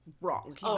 wrong